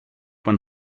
man